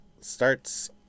starts